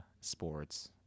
sports